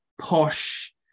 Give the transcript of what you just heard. posh